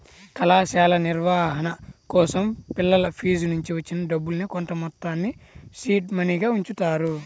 కళాశాల నిర్వహణ కోసం పిల్లల ఫీజునుంచి వచ్చిన డబ్బుల్నే కొంతమొత్తాన్ని సీడ్ మనీగా ఉంచుతారు